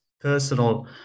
personal